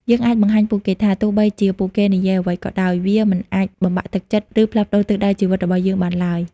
យើងអាចបង្ហាញពួកគេថា ទោះបីជាពួកគេនិយាយអ្វីក៏ដោយ វាមិនអាចបំបាក់ទឹកចិត្ត ឬផ្លាស់ប្តូរទិសដៅជីវិតរបស់យើងបានឡើយ។